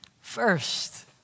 First